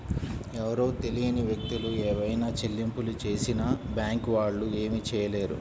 ఎవరో తెలియని వ్యక్తులు ఏవైనా చెల్లింపులు చేసినా బ్యేంకు వాళ్ళు ఏమీ చేయలేరు